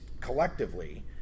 collectively